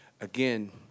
again